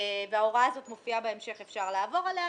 ההוראה הזאת מופיעה בהמשך ואפשר לעבור עליה.